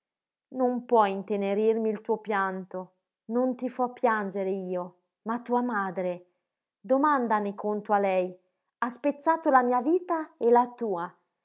non può intenerirmi il tuo pianto non ti fo piangere io ma tua madre domandane conto a lei ha spezzato la mia vita e la tua